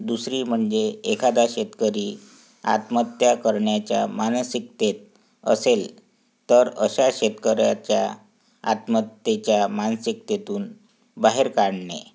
दुसरी म्हणजे एखादा शेतकरी आत्महत्या करण्याच्या मानसिकतेत असेल तर अशा शेतकऱ्याच्या आत्महत्येच्या मानसिकतेतून बाहेर काढणे